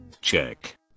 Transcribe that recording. check